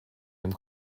dem